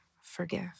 forgive